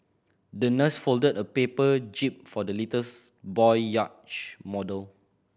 the nurse folded a paper jib for the little boy yacht model